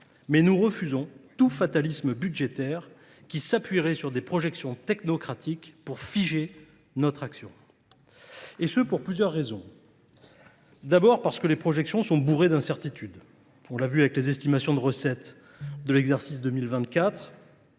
mais nous refusons tout fatalisme budgétaire qui s'appuierait sur des projections technocratiques pour figer notre action. Et ce pour plusieurs raisons. D'abord parce que les projections sont bourrées d'incertitudes. On l'a vu avec les estimations de recettes de l'exercice 2024.